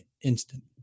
instant